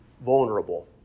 vulnerable